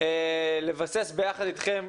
לבסס ביחד איתכם,